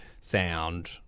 sound